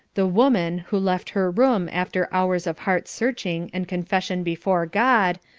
the woman, who left her room after hours of heart-searching and confession before god,